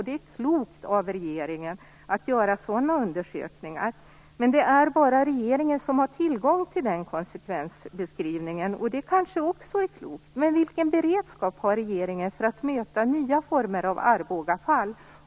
Det är klokt av regeringen att göra sådana undersökningar. Men det är bara regeringen som har tillgång till den konsekvensbeskrivningen. Det kanske också är klokt. Men vilken beredskap har regeringen för att möta nya former av Arbogafall?